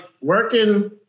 working